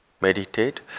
Meditate